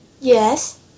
Yes